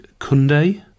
Kunde